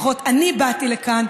לפחות אני באתי לכאן,